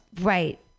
right